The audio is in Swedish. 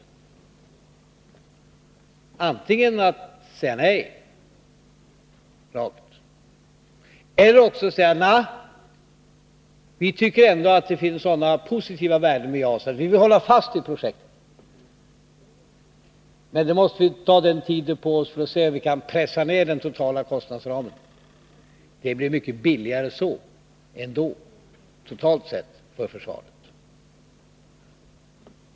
Vi kunde antingen säga nej eller också säga att vi ändå tycker att det finns sådana positiva värden i JAS att vi vill hålla fast vid projektet, men då måste vi få tid på oss för att se om det går att pressa ner totalkostnaden. Det blir ändå mycket billigare så, totalt sett, för försvaret.